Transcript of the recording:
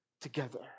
together